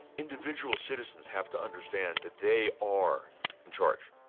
individual citizens have to understand that they are in charge.